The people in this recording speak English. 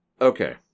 okay